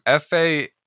FA